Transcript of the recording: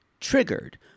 triggered